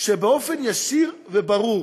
שבאופן ישיר וברור